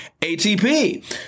ATP